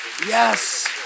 yes